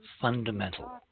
fundamental